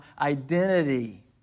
identity